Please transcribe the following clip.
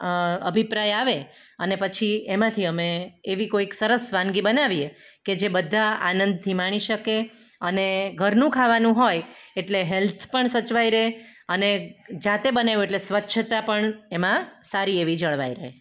અભિપ્રાય આવે અને પછી એમાંથી અમે એવી કોઈક સરસ વાનગી બનાવીએ કે જે બધા આનંદથી માણી શકે અને ઘરનું ખાવાનું હોય એટલે હેલ્થ પણ સચવાઈ રહે અને જાતે બનાવ્યું હોય એટલે સ્વચ્છતા પણ એમાં સારી એવી જળવાઈ રહે